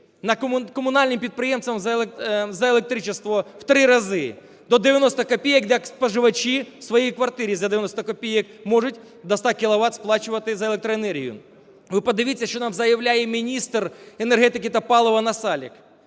комунальним підприємствам за електроенергію в три рази – до 90 копійок, як споживачі своєї квартири, за 90 копійок можуть до 100 кіловат сплачувати за електроенергію. Ви подивіться, що нам заявляє міністр енергетики та палива Насалик,